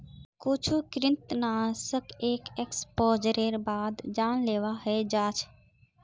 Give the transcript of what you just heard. कुछु कृंतकनाशक एक एक्सपोजरेर बाद जानलेवा हय जा छ